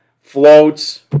floats